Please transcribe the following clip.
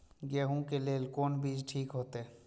गेहूं के लेल कोन बीज ठीक होते?